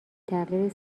تغییر